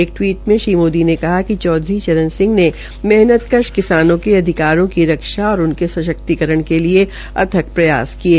एक टिवीट में श्री मोदीने कहा कि चौधरी चरण सिंह ने मेहनतकश किसानों के अधिकारों की रक्षा और उनके सशक्तिकरण के लिए अथक प्रयास किये